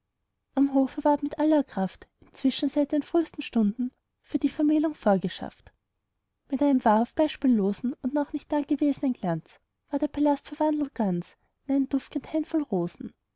am hofe ward mit aller kraft inzwischen seit den frühsten stunden für die vermählung vorgeschafft mit einem wahrhaft beispiellosen und noch nicht dagewesnen glanz war der palast verwandelt ganz in einen duft'gen hain